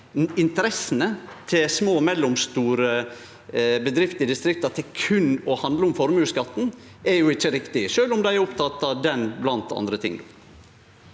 interessene til små og mellomstore bedrifter i distrikta til berre å handle om formuesskatten er jo ikkje riktig, sjølv om dei er opptekne av den også, blant andre ting.